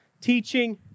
teaching